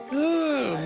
ooh,